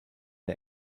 der